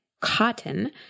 cotton